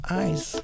eyes